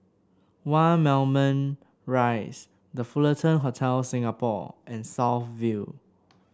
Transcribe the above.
One Moulmein Rise The Fullerton Hotel Singapore and South View